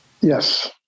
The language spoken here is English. Yes